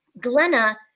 Glenna